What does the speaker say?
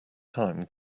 time